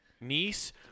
Niece